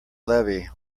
levee